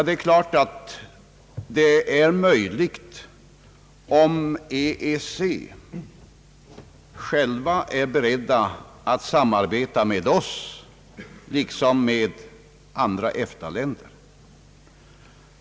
Det är givetvis möjligt, om man inom EEC är beredd att samarbeta med oss, liksom med andra EFTA-länder.